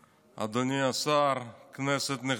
אדוני השר, כנסת נכבדה,